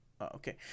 okay